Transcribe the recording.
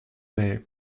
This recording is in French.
mais